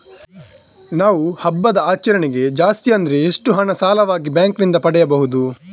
ನಾವು ಹಬ್ಬದ ಆಚರಣೆಗೆ ಜಾಸ್ತಿ ಅಂದ್ರೆ ಎಷ್ಟು ಹಣ ಸಾಲವಾಗಿ ಬ್ಯಾಂಕ್ ನಿಂದ ಪಡೆಯಬಹುದು?